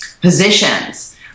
positions